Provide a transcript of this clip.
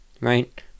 Right